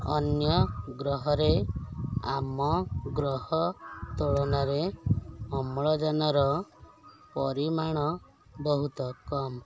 ଅନ୍ୟ ଗ୍ରହରେ ଆମ ଗ୍ରହ ତୁଳନାରେ ଅମ୍ଳଜାନର ପରିମାଣ ବହୁତ କମ